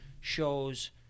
shows